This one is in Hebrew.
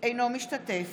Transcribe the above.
אינו משתתף